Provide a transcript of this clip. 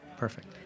Perfect